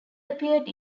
appeared